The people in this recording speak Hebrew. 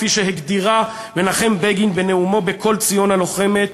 כפי שהגדירה מנחם בגין בנאומו "בקול ציון הלוחמת",